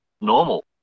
normal